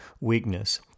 weakness